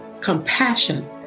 compassion